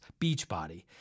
Beachbody